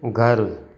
घरु